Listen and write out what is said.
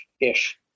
ish